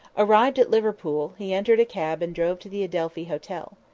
arrived at liverpool, he entered a cab and drove to the adelphi hotel.